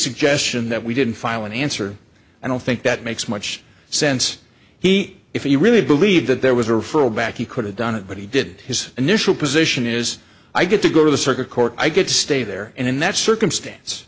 suggestion that we didn't file an answer i don't think that makes much sense he if you really believe that there was a referral back he could have done it but he did his initial position is i get to go to the circuit court i get to stay there and in that circumstance